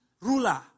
ruler